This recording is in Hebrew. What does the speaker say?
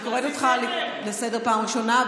אני קוראת אותך לסדר פעם ראשונה,